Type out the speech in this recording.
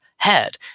head